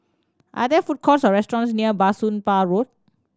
are there food courts or restaurants near Bah Soon Pah Road